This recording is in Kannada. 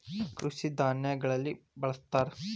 ಕೃಷಿ ಧಾನ್ಯಗಳಲ್ಲಿ ಬಳ್ಸತಾರ